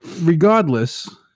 regardless